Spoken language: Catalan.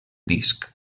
disc